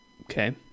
Okay